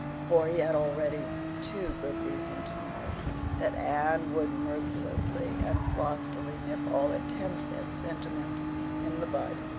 for he had already too good reason to know that anne would mercilessly and frostily nip all attempts at sentiment in the bud